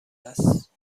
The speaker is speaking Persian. است